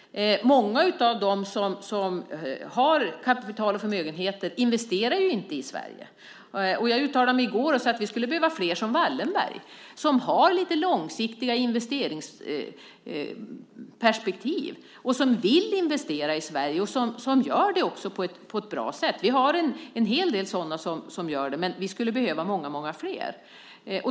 Många av dem som har kapital och förmögenheter investerar ju inte i Sverige. Jag uttalade i går att vi skulle behöva flera som Wallenberg som har lite långsiktiga investeringsperspektiv och som vill investera i Sverige och som också gör det på ett bra sätt. Vi har en hel del som gör det, men vi skulle behöva många flera.